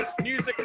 music